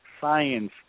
science